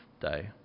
day